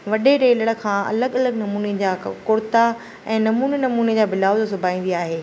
वॾे टेलर खां अलॻि अलॻि नमूने जा कुर्ता ऐं नमूने नमूने जा ब्लाउज़ सिबाईंदी आहे